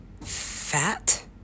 Fat